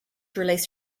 release